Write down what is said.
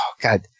God